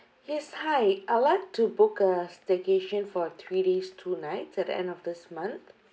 yes hi I'd like to book a staycation for three days two nights at the end of this month